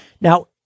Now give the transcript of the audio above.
Now